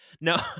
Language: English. no